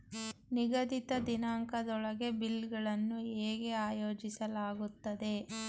ನಿಗದಿತ ದಿನಾಂಕದೊಳಗೆ ಬಿಲ್ ಗಳನ್ನು ಹೇಗೆ ಆಯೋಜಿಸಲಾಗುತ್ತದೆ?